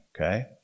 Okay